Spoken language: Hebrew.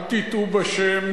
אל תטעו בשם.